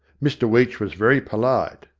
mr weech was very polite.